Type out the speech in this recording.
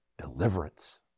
deliverance